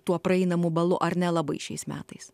tuo praeinamu balu ar nelabai šiais metais